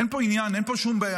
אין פה עניין, אין פה שום בעיה.